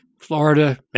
Florida